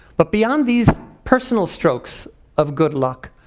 but beyond these personal strokes of good luck,